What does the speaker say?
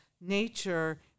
nature